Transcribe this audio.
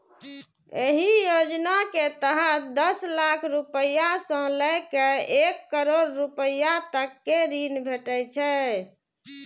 एहि योजना के तहत दस लाख रुपैया सं लए कए एक करोड़ रुपैया तक के ऋण भेटै छै